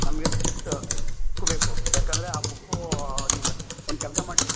ನಮಗೆ strict book ಬೇಕು ಏಕಂದ್ರೆ ಆ ಬುಕ್ಕೂ ನೀವು ಒಂದು ಕೆಲಸ ಮಾಡಿ